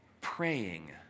praying